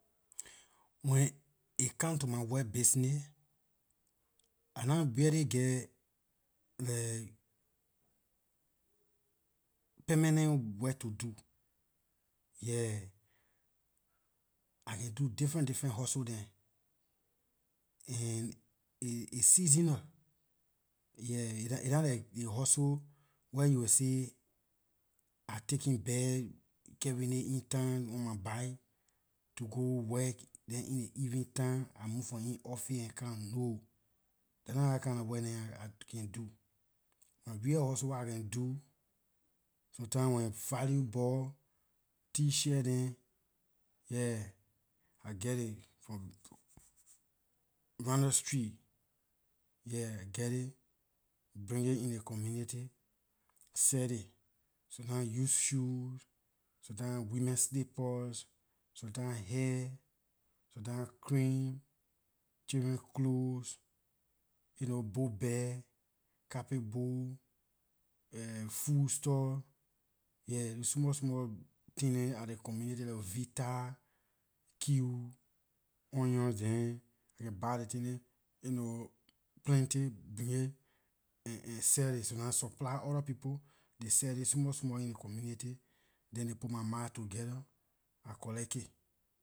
When it come to my work bisnay, I nah really geh like permanent work to do, yeah I can do different different hustle dem and aay seasonal, yeah, aay nah like ley hustle where you will say I taking bag carrying it in town on my back to go work, then in ley evening time I move from in office and come, no, dah nah dah kinda work neh I can do my real hustle wer I can do sometimes when value boy t- shirt dem yeah I geh it from randall street, yeah geh it bring it in ley community sell it. Sometimes used shoes sometimes women slippers sometimes hair sometimes cream, children clothes, you know book bag, copybook, and foodstuff, yeah those small small thing dem at ley community level, vita cube onion dem I can buy those things dem, you know plenty bring and sell it, sometimes supply other people they sell it small small in ley community then ley put my mah together I collect it